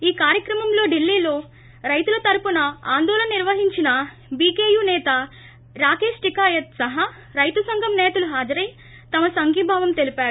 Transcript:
ఈ కార్యక్రమంలో దిల్లీలో రైతుల తరఫున ఆందోళన నిర్వహించిన బీకేయూ నేత రాకేశ్ టికాయత్ సహా రైతు సంఘం నేతలు హాజరై తమ సంఘీభావం తెలిపారు